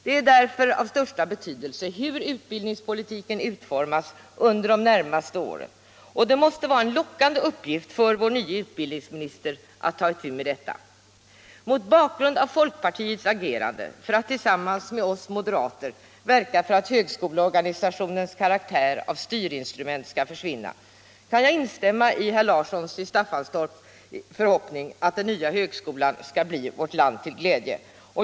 Det är därför av största betydelse hur utbildningspolitiken utformas under de närmaste åren, och det måste vara en lockande uppgift för vår nye utbildningsminister att ta itu med detta. Mot bakgrund av folkpartiets agerande för att tillsammans med oss moderater verka för att högskoleorganisationens karaktär av styrinstrument skall försvinna kan jag instämma i herr Larssons i Staffanstorp förhoppning att den nya högskolan skall bli vårt land till glädje.